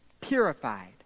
purified